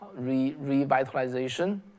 revitalization